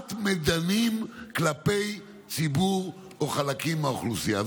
גרימת מדנים כלפי ציבור או חלקים מהאוכלוסייה.